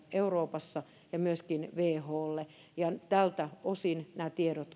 euroopassa ja myöskin wholle tältä osin nämä tiedot